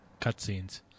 cutscenes